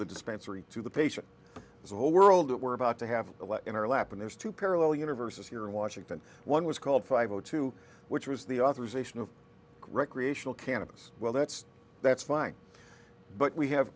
the dispensary to the patient is the whole world that we're about to have to let in our lap and there's two parallel universes here in washington one was called five o two which was the authorization of recreational cannabis well that's that's fine but we have